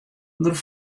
der